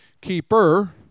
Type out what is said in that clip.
keeper